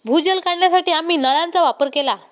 भूजल काढण्यासाठी आम्ही नळांचा वापर केला